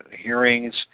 hearings